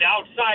outside